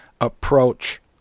approach